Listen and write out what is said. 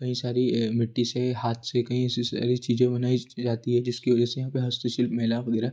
कहीं सारी मिट्टी से हाथ से कहीं से सारी चीज़ें बनाई जाती है जिसकी वजह से यहाँ पे हस्तशिल्प मेला वगैरह